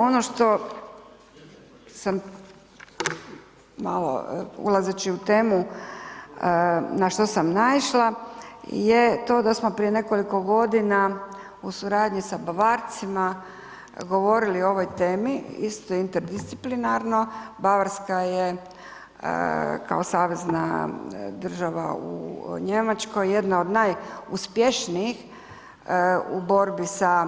Ono što sam malo ulazeći u temu na što sam naišla je to da smo prije nekoliko godina u suradnji sa Bavarcima govorili o ovoj temi isto interdisciplinarno, Bavarska je kao savezna država u Njemačkoj jedna od najuspješnijih u borbi sa